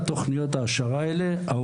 שההורים לא שותפים לכל תוכניות ההעשרה אלה.